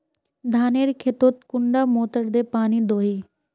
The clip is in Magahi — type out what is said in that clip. धानेर खेतोत कुंडा मोटर दे पानी दोही?